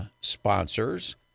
sponsors